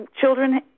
children